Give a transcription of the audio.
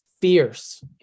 fierce